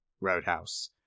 Roadhouse